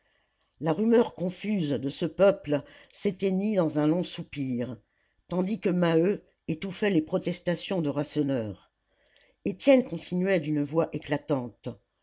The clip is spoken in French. la rumeur confuse de ce peuple s'éteignit dans un long soupir tandis que maheu étouffait les protestations de rasseneur étienne continuait d'une voix éclatante